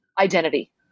identity